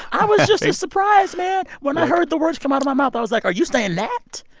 i was just as surprised, man. when i heard the words come out of my mouth, i was like, are you saying that?